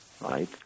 right